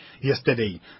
Yesterday